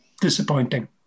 Disappointing